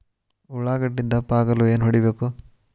ಉಳ್ಳಾಗಡ್ಡೆ ದಪ್ಪ ಆಗಲು ಏನು ಹೊಡಿಬೇಕು?